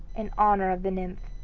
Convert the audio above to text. in honor of the nymph.